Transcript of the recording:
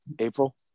April